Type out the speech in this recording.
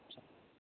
अच्छा